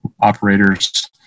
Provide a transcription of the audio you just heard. operators